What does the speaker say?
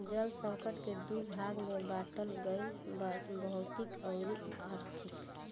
जल संकट के दू भाग में बाटल गईल बा भौतिक अउरी आर्थिक